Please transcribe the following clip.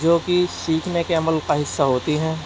جو کہ سیکھنے کے عمل کا حصہ ہوتی ہیں